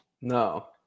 No